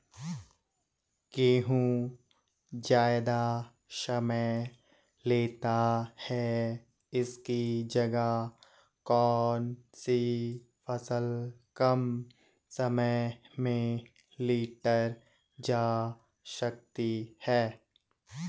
गेहूँ ज़्यादा समय लेता है इसकी जगह कौन सी फसल कम समय में लीटर जा सकती है?